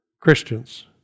Christians